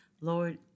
Lord